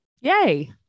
Yay